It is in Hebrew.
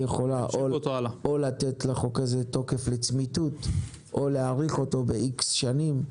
יכולה לתת לחוק הזה תוקף לצמיתות או להאריך אותו ב-X שנים,